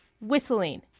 Whistling